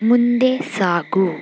ಮುಂದೆ ಸಾಗು